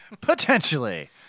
Potentially